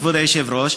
כבוד היושב-ראש,